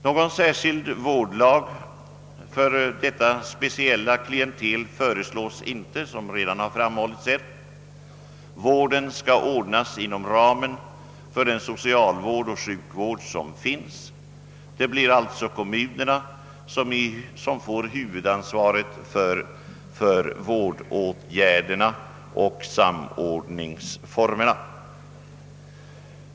Någon särskild vårdlag för detta speciella klientel föreslås inte, såsom redan har framhållits. Vården skall ordnas inom ramen för den socialvård och sjukvård som finns. Det blir alltså kommunerna som får huvudansvaret för vårdåtgärderna och samordningsformerna.